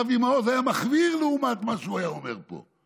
אבי מעוז היה מחוויר לעומת מה שהוא היה אומר פה.